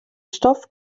stoff